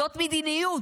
זאת מדיניות.